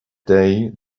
the